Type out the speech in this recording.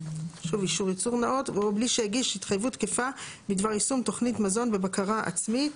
או בלי שהגיש התחייבות תקפה בדבר יישום תוכנית מזון בבקשה עצמית